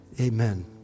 Amen